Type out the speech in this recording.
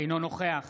אינו נוכח